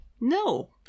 No